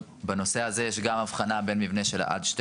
בנושא הזה יש גם הבחנה בין מבנה של עד שתי